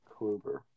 Kluber